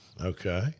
Okay